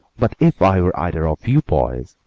but if i were either of you boys,